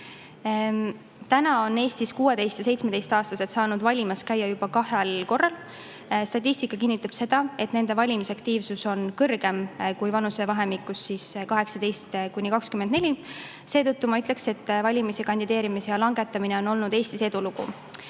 on Eestis 16- ja 17-aastased saanud valimas käia juba kahel korral. Statistika kinnitab seda, et nende valimisaktiivsus on kõrgem kui [noortel] vanusevahemikus 18 kuni 24. Seetõttu ma ütleksin, et valimis- ja kandideerimisea langetamine on Eestis olnud